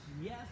yes